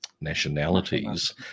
nationalities